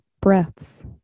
breaths